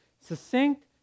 succinct